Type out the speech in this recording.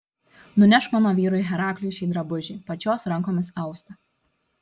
nunešk mano vyrui herakliui šį drabužį pačios rankomis austą